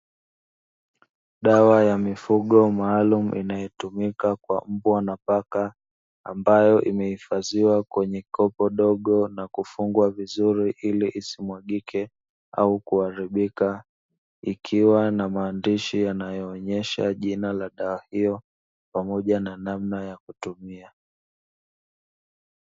Dawa ya mifugo maalumu inayotumika kwa mmbwa na paka ambayo imehifadhiwa kwenye kopo dogo na kufungwa vizuri ili isimwagike au kuharibika, ikiwa na maandishi yanayo onyesha jina la dawa hiyo pamoja na namna ya kutumia.